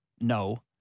no